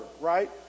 right